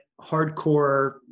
hardcore